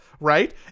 right